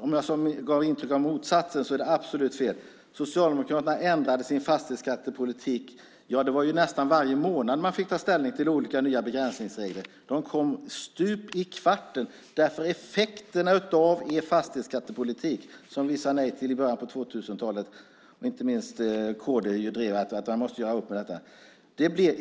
Om jag gav intryck av motsatsen är det absolut fel. Socialdemokraterna ändrade sin fastighetsskattepolitik. Ja, det var nästan varje månad man fick ta ställning till olika nya begränsningsregler. De kom stup i kvarten. Vi sade nej till er fastighetsskattepolitik i början på 2000-talet - inte minst kd drev att man måste göra upp med detta.